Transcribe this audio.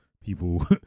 people